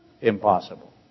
impossible